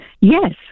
Yes